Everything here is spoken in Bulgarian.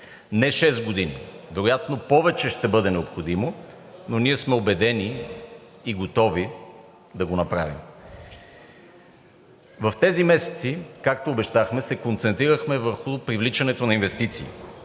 шест години, вероятно повече ще бъде необходимо, но ние сме убедени и готови да го направим. В тези месеци, както обещахме, се концентрирахме върху привличането на инвестиции